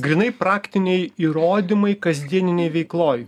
grynai praktiniai įrodymai kasdieninėj veikloj